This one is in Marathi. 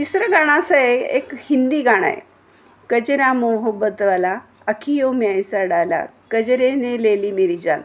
तिसरं गाण असं आहे एक हिंदी गाणं आहे कजरा मोहब्बत वाला अँखियों में ऐसा डाला कजेरेने ले ली मेरी जाान